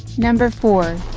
number four